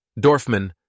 Dorfman